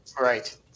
Right